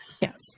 Yes